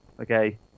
Okay